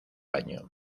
año